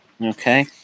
Okay